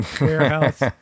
warehouse